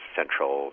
central